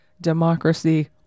democracy